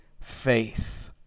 faith